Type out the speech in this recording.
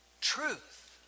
truth